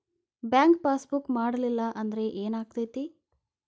Bank passbook ಮಾಡಲಿಲ್ಲ ಅಂದ್ರೆ ಏನ್ ಆಗ್ತೈತಿ?